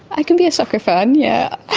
i can be a soccer fan, yeah